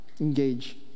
engage